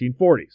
1940s